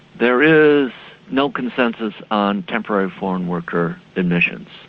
there is no consensus on temporary foreign worker admissions.